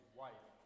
wife